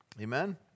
Amen